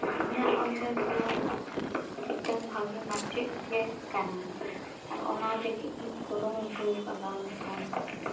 ᱤᱧᱟᱜ ᱩᱭᱦᱟᱹᱨ ᱫᱚ ᱢᱤᱜᱴᱟᱝ ᱵᱷᱟᱜᱤ ᱢᱟᱪᱮᱫ ᱜᱮ ᱠᱟᱱᱟ ᱟᱨ ᱚᱱᱟ ᱞᱟᱜᱤᱫ ᱤᱧ ᱠᱩᱨᱩ ᱢᱩᱴᱩᱣ ᱠᱟᱫᱟ ᱱᱤᱛᱚᱝ